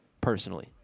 personally